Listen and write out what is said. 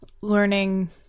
learning –